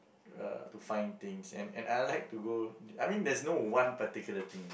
uh to find things and and I I like to go I mean there's no one particular thing